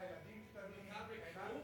לגמרי כלום?